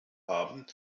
haben